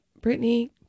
Brittany